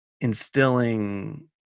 instilling